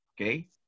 Okay